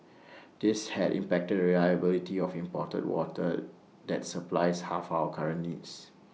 this has impacted reliability of imported water that supplies half our current needs